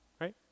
Right